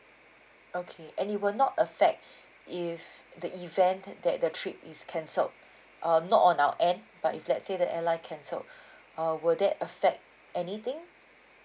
okay and it will not affect if the event that the trip is cancelled uh not on our end but if let's say the airline cancelled uh will that affect anything